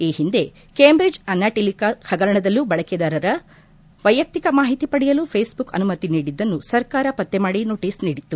ಈ ಹಿಂದೆ Cambridge Analytica ಹಗರಣದಲ್ಲೂ ಬಳಕೆದಾರರ ವೈಯಕ್ತಿಕ ಮಾಹಿತಿ ಪಡೆಯಲು ಫೇಸ್ಬುಕ್ ಅನುಮತಿ ನೀಡಿದ್ದನ್ನು ಸರ್ಕಾರ ಪತ್ತೆ ಮಾಡಿ ನೋಟಿಸ್ ನೀಡಿತ್ತು